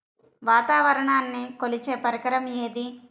వాతావరణాన్ని కొలిచే పరికరం ఏది?